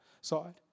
side